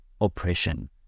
oppression